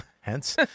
hence